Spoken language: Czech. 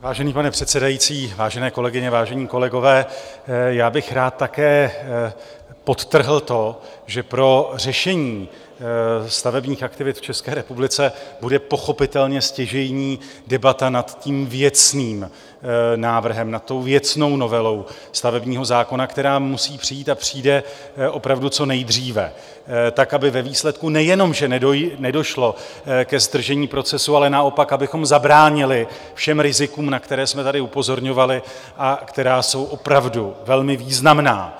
Vážený pane předsedající, vážené kolegyně, vážení kolegové, já bych rád také podtrhl to, že pro řešení stavebních aktivit v České republice bude pochopitelně stěžejní debata nad věcným návrhem, nad věcnou novelou stavebního zákona, která musí přijít a přijde opravdu co nejdříve tak, aby ve výsledku nejenom že nedošlo ke zdržení procesu, ale naopak abychom zabránili všem rizikům, na které jsme tady upozorňovali a která jsou opravdu velmi významná.